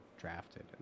drafted